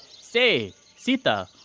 say, sita,